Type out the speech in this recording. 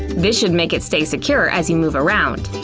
this should make it stay secure as you move around.